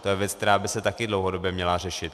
To je věc, která by se také dlouhodobě měla řešit.